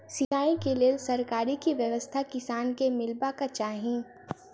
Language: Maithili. सिंचाई केँ लेल सरकारी की व्यवस्था किसान केँ मीलबाक चाहि?